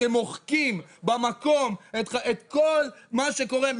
אתם מוחקים במקום את כל מה שקורה.